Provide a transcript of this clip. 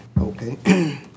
Okay